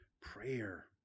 prayer